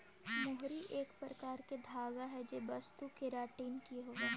मोहरी एक प्रकार के धागा हई जे वस्तु केराटिन ही हई